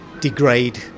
degrade